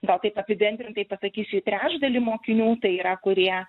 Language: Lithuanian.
gal taip apibendrintai pasakysiu į trečdalį mokinių tai yra kurie